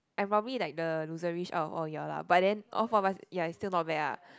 I probably like the loserish out of all of you all lah but then all four of us ya still not bad ah